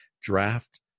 draft